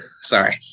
Sorry